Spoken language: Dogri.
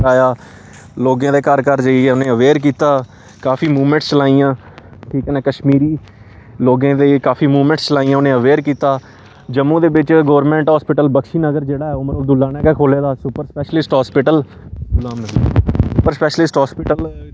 इ'नें लोकें दे घर घर जाइयै उनें अवेयर कीता काफी मूवमेंट्स चलाइयां ठीक ऐ न कश्मीरी लोकें दे काफी मूवमेंट्स चलाइयां उनें अवेयर कीता जम्मू दे बिच गौरमेंट हॉस्पिटल बक्शीनगर जेह्ड़ा ऐ उमर अबदुल्ला ने गै खोहले दा super specialist hospital super specialist hospital बनाने च बी इंजा काफी जोगदान रेह्दा ऐ